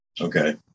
okay